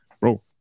bro